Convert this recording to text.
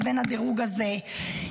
לבין הדירוג הזה,